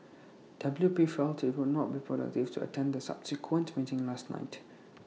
W P felt IT would not be productive to attend the subsequent meeting last night